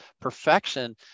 perfection